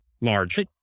large